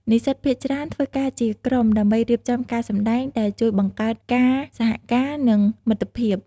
និស្សិតភាគច្រើនធ្វើការជាក្រុមដើម្បីរៀបចំការសម្តែង ដែលជួយបង្កើតការសហការនិងមិត្តភាព។